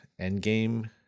Endgame